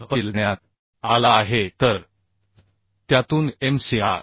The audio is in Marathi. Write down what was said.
तपशील देण्यात आला आहे तर त्यातून mcr